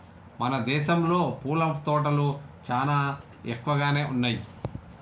మన దేసంలో పూల తోటలు చానా ఎక్కువగానే ఉన్నయ్యి